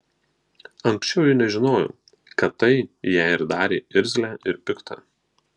anksčiau ji nežinojo kad tai ją ir darė irzlią ir piktą